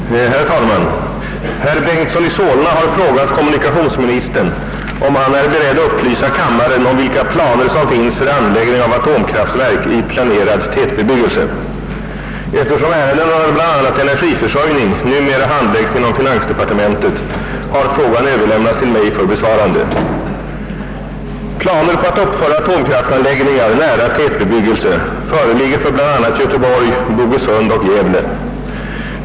rade: Herr talman! Herr Bengtson i Solna har frågat kommunikationsministern, om han är beredd upplysa kammaren om vilka planer som finns för anläggning av atomkraftverk i planerad tätbebyggelse. Eftersom ärenden rörande bl.a. energiförsörjning numera handläggs inom finansdepartementet har frågan överlämnats till mig för besvarande. Planer på att uppföra atomkraftanläggningar nära tätbebyggelse föreligger för bl.a. Göteborg, Bogesund och Gävle.